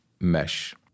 mesh